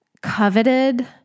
coveted